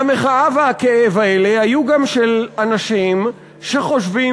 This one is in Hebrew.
והמחאה והכאב האלה היו גם של אנשים שחושבים